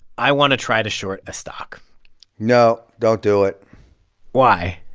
i want to try to short a stock no, don't do it why?